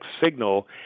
signal